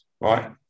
right